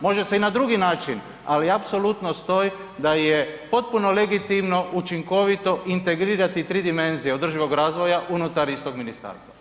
Može se i na drugi način, ali apsolutno stoji da je potpuno legitimno učinkovito integrirati 3 dimenzije održivog razvoja unutar istog ministarstva.